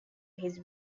his